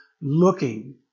looking